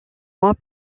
mois